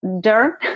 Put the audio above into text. dirt